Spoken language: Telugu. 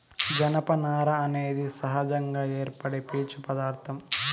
జనపనార అనేది సహజంగా ఏర్పడే పీచు పదార్ధం